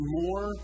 more